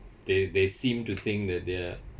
they they seem to think that they are